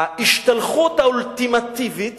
ההשתלחות האולטימטיבית